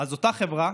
אז אותה חברה